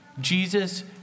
Jesus